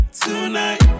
tonight